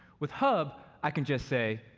with hub, i can just say,